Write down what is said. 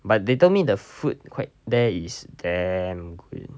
but they told me the food quite there is damn great